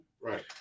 Right